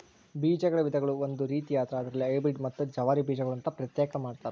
ಬೇಜಗಳ ವಿಧಗಳು ಒಂದು ರೇತಿಯಾದ್ರ ಅದರಲ್ಲಿ ಹೈಬ್ರೇಡ್ ಮತ್ತ ಜವಾರಿ ಬೇಜಗಳು ಅಂತಾ ಪ್ರತ್ಯೇಕ ಮಾಡತಾರ